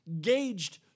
gauged